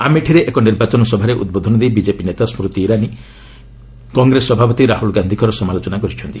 ଆମେଠିରେ ଏକ ନିର୍ବାଚନ ସଭାରେ ଉଦ୍ବୋଧନ ଦେଇ ବିଜେପି ନେତା ସୁତି ଇରାନୀ କଂଗ୍ରେସ ସଭାପତି ରାହ୍ରଲ ଗାନ୍ଧିଙ୍କର ସମାଲୋଚନା କରିଛନ୍ତି